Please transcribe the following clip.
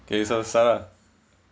okay so sala